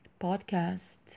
podcast